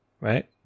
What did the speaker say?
Right